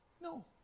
No